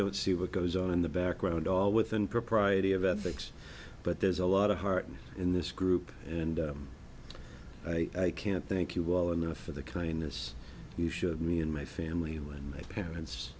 don't see what goes on in the background all with an propriety of ethics but there's a lot of heart in this group and i can't thank you all enough for the kindness you show me and my family when my parents